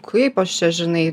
kaip aš čia žinai